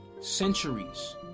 centuries